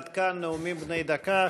עד כאן נאומים בני דקה.